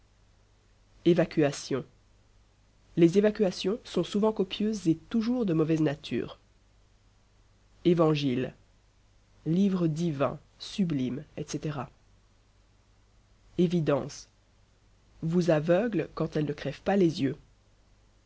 évacuations les évacuations sont souvent copieuses et toujours de mauvaise nature évangiles livres divins sublimes etc évidence vous aveugle quand elle ne crève pas les yeux